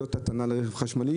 עמדות הטענה לרכב חשמלי.